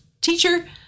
teacher